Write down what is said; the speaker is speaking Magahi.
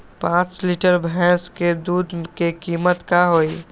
पाँच लीटर भेस दूध के कीमत का होई?